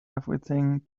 everything